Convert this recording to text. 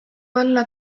olla